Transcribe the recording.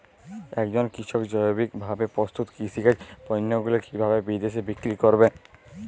একজন কৃষক জৈবিকভাবে প্রস্তুত কৃষিজাত পণ্যগুলি কিভাবে বিদেশে বিক্রি করবেন?